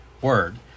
word